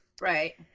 Right